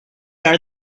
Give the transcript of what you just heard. are